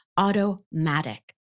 Automatic